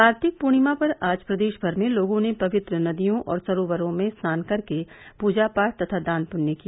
कार्तिक पूर्णिमा पर आज प्रदेश भर में लोगों ने पवित्र नदियों और सरोवरों में स्नान कर के पूजा पाठ तथा दान पृण्य किया